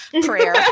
prayer